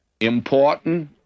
important